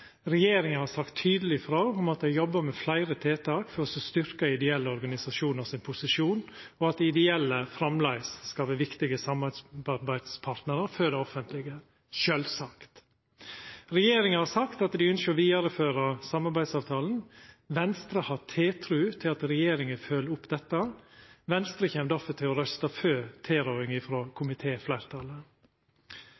Regjeringa har sagt tydeleg ifrå om at dei jobbar med fleire tiltak for å styrkja ideelle organisasjonars posisjon, og at dei ideelle framleis skal vera viktige samarbeidspartnerar for det offentlege – sjølvsagt. Regjeringa har sagt at ein ønskjer å vidareføra samarbeidsavtalen. Venstre har tiltru til at regjeringa følgjer opp dette. Venstre kjem derfor til å røysta for